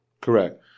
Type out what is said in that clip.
Correct